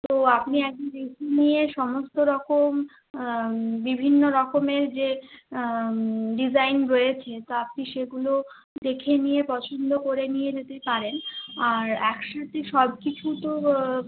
তো আপনি একদিন নিয়ে সমস্ত রকম বিভিন্ন রকমের যে ডিজাইন রয়েছে তা আপনি সেগুলো দেখে নিয়ে পছন্দ করে নিয়ে যেতে পারেন আর একসাথে সব কিছু তো